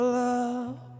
love